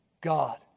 God